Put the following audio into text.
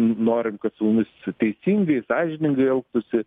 norim kad su mumis teisingai sąžiningai elgtųsi